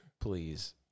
please